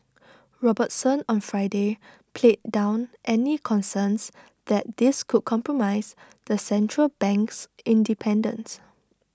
Robertson on Friday played down any concerns that this could compromise the Central Bank's Independence